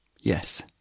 Yes